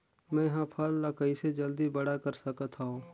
मैं ह फल ला कइसे जल्दी बड़ा कर सकत हव?